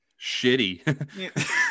shitty